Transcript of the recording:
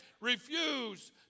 refuse